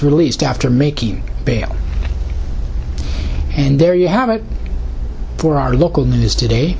released after making bail and there you have it for our local news today